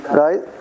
right